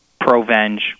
Provenge